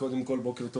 קודם כל, בוקר טוב